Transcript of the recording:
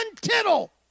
tittle